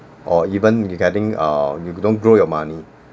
or even getting err you don't grow your money